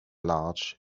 large